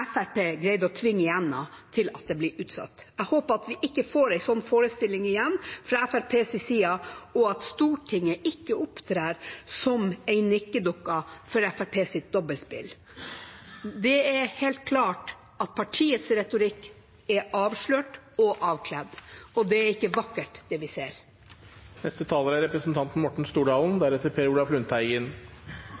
Fremskrittspartiet greide å tvinge igjennom at saken skulle bli utsatt. Jeg håper at vi ikke får en sånn forestilling igjen fra Fremskrittspartiets side, og at Stortinget ikke opptrer som en nikkedukke for Fremskrittspartiets dobbeltspill. Det er helt klart at partiets retorikk er avslørt og avkledd, og det er ikke vakkert, det vi ser. Representanten Morten Stordalen